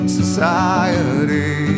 Society